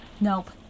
nope